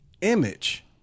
image